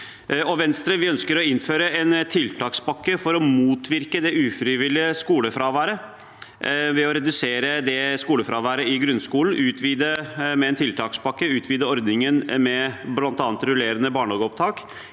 Venstre ønsker å innføre en tiltakspakke for å motvirke det ufrivillige skolefraværet ved å redusere skolefraværet i grunnskolen, utvide med en tiltakspakke, utvide ordningen med bl.a. rullerende barnehageopptak,